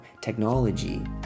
technology